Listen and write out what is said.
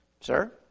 Sir